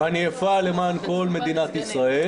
אני אפעל למען כל מדינת ישראל.